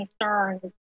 concerned